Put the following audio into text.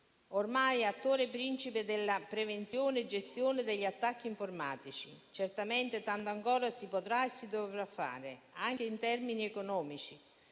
ormai è l'attore principale della prevenzione e della gestione degli attacchi informatici. Certamente, tanto ancora si potrà e si dovrà fare, anche in termini economici,